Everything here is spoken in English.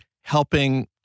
helping